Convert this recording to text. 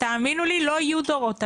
תאמינו לי לא יהיו דורות הבאים.